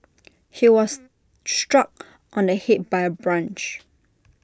he was struck on the Head by A branch